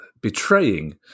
betraying